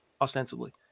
ostensibly